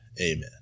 Amen